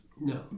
No